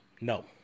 No